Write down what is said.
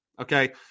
Okay